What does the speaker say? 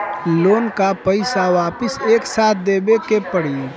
Loan का पईसा वापिस एक साथ देबेके पड़ी?